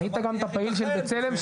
ראית גם את הפעיל של בצלם,